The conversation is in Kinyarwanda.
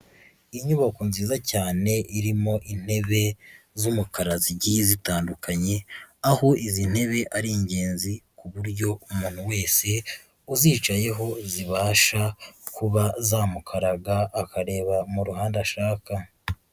Inyubako nziza cyane irimo intebe z'umukara zigiye zitandukanye, aho izi ntebe ari ingenzi, ku buryo umuntu wese uzicayeho zibasha kuba zamukaraga akareba mu ruhande ashaka.